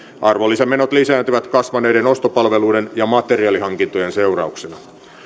arvonlisämenot lisääntyvät kasvaneiden ostopalveluiden ja materiaalihankintojen seurauksena